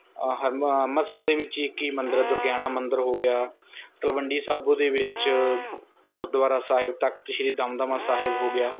ਹਰਮ ਅੰਮ੍ਰਿਤਸਰ ਦੇ ਵਿੱਚ ਇੱਕ ਹੀ ਮੰਦਰ ਦੁਰਗਿਆਣਾ ਮੰਦਰ ਹੋ ਗਿਆ ਤਲਵੰਡੀ ਸਾਬੋਂ ਦੇ ਵਿੱਚ ਗੁਰਦੁਆਰਾ ਸਾਹਿਬ ਤਖਤ ਸ਼੍ਰੀ ਦਮਦਮਾ ਸਾਹਿਬ ਹੋ ਗਿਆ